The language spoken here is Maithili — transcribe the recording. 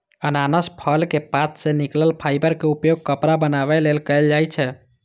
अनानास फलक पात सं निकलल फाइबर के उपयोग कपड़ा बनाबै लेल कैल जाइ छै